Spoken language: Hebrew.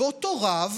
ואותו רב